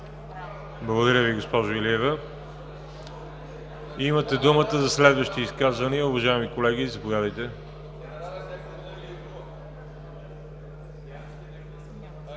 Благодаря, госпожо Илиева. Имате думата за следващи изказвания, уважаеми колеги. Заповядайте,